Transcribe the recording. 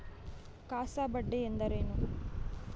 CASA ಬಡ್ಡಿ ಎಂದರೇನು?